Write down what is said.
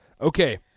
Okay